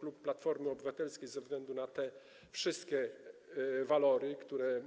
Klub Platformy Obywatelskiej ze względu na te wszystkie walory, które